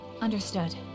Understood